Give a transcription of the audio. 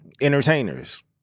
entertainers